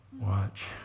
watch